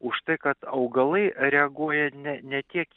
už tai kad augalai reaguoja ne ne tiek